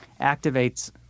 activates